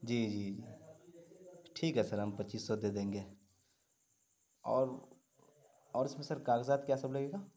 جی جی جی ٹھیک ہے سر ہم پچیس سو دے دیں گے اور اور اس میں سر کاغذات کیا سب لگے گا